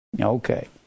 Okay